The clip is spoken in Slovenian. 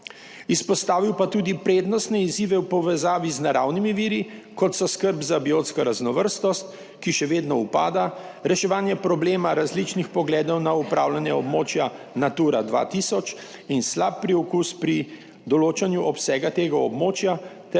izpostavil pa tudi prednostne izzive v povezavi z naravnimi viri, kot so skrb za biotsko raznovrstnost, ki še vedno upada, reševanje problema različnih pogledov na upravljanje območja Natura 2000 in slab priokus pri določanju obsega tega območja ter